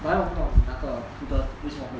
but then 我不懂你那个 poodle 为什么会